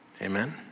Amen